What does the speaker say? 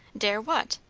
dare what?